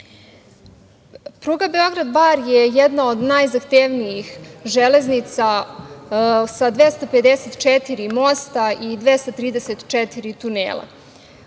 Pruga Beograd – Bar je jedna od najzahtevnijih železnica, sa 254 mosta i 234 tunela. Veoma